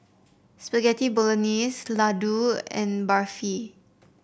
Spaghetti Bolognese Ladoo and Barfi